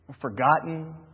forgotten